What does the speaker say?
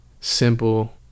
Simple